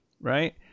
right